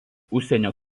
užsienio